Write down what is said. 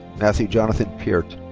mathew jonathan peart.